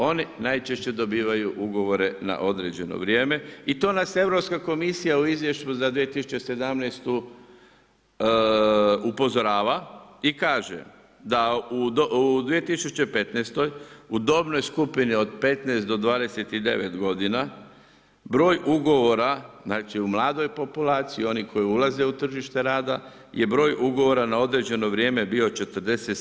Oni najčešće dobivaju ugovore na određeno vrijeme i to nas Europska komisija u izvješću za 2017. upozorava i kaže da u 2015. u dobnoj skupino od 15 do 29 godina, broj ugovora, znači u mladoj populaciji, oni koji ulaze u tržište rada je broj ugovora na određeno vrijeme bio 47,1%